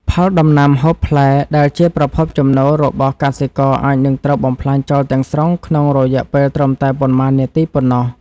ផលដំណាំហូបផ្លែដែលជាប្រភពចំណូលរបស់កសិករអាចនឹងត្រូវបំផ្លាញចោលទាំងស្រុងក្នុងរយៈពេលត្រឹមតែប៉ុន្មាននាទីប៉ុណ្ណោះ។